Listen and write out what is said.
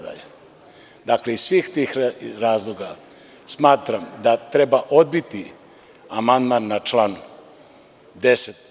Dakle, iz svih tih razloga smatram da treba odbiti amandman na član 10.